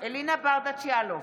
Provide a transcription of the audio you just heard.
אלינה ברדץ' יאלוב,